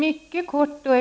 Fru talman!